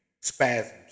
spasms